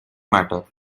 matter